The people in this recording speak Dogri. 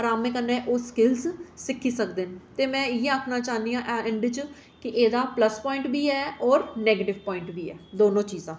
ते राम कन्नै ओह् स्किल्ल सिक्खी सकदे न ते होर में इ'यै आखनी आं ऐंड्ड च कि एह्दा प्लस प्वांइट बी ऐ होर माइनस प्वांइट बी दौनों चीजां न